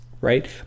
right